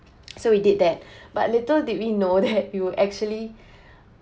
so we did that but little did we know that we would actually